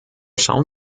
schauen